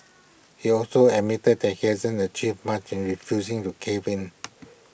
he also admitted that he hasn't achieved much in refusing to cave in